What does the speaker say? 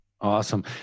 Awesome